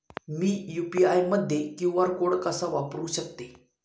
मी UPI मध्ये QR code कसा वापरु शकते?